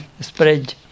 spread